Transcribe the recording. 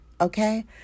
okay